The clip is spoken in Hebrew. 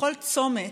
בכל צומת,